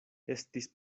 estis